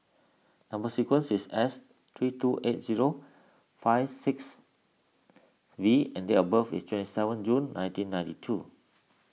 Number Sequence is S three two eight zero five six V and date of birth is twenty seven June nineteen ninety two